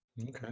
Okay